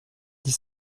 dix